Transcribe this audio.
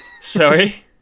sorry